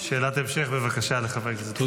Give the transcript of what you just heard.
שאלה המשך לחבר הכנסת מושיאשוילי.